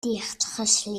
dichtgeslibd